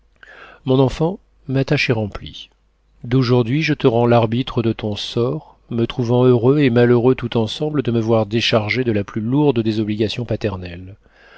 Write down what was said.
mon enfant ma tâche est remplie d'aujourd'hui je te rends l'arbitre de ton sort me trouvant heureux et malheureux tout ensemble de me voir déchargé de la plus lourde des obligations paternelles